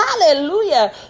hallelujah